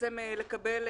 לקבל עובדים,